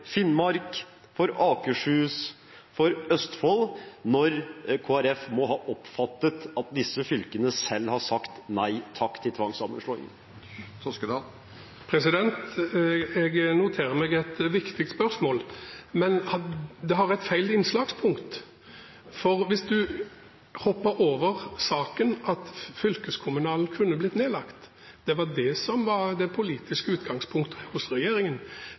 Finnmark, for Akershus, for Østfold når Kristelig Folkeparti må ha oppfattet at disse fylkene selv har sagt nei takk til tvangssammenslåing? Jeg noterer meg et viktig spørsmål, men det har feil innslagspunkt, for man hopper over at fylkeskommunen kunne blitt nedlagt. Det var det som var det politiske utgangspunktet for regjeringen,